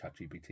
ChatGPT